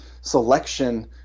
selection